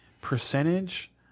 percentage